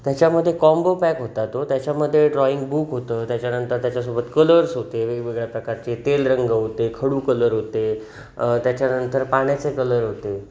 त्याच्यामध्ये combo pack होता तो त्याच्यामध्ये ड्रॉइंग बुक होतं त्याच्यानंतर त्याच्यासोबत कलर्स होते वेगवेगळ्या प्रकारचे तेलरंग होते खडू कलर होते त्याच्यानंतर पाण्याचे कलर होते